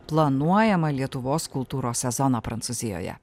planuojamą lietuvos kultūros sezoną prancūzijoje